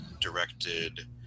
directed